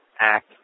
act